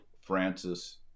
Francis